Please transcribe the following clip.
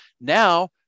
Now